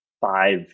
five